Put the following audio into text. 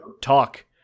talk